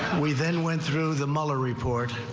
we then went through the mueller report.